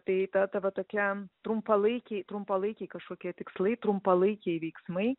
tai ta va tokia trumpalaikiai trumpalaikiai kažkokie tikslai trumpalaikiai veiksmai